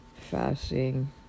fasting